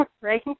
right